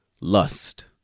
Lust